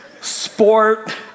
Sport